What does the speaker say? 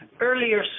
earlier